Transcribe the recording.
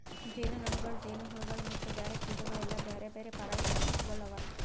ಜೇನುನೊಣಗೊಳ್, ಜೇನುಹುಳಗೊಳ್ ಮತ್ತ ಬ್ಯಾರೆ ಕೀಟಗೊಳ್ ಎಲ್ಲಾ ಬ್ಯಾರೆ ಬ್ಯಾರೆ ಪರಾಗಸ್ಪರ್ಶಕಗೊಳ್ ಅವಾ